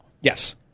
Yes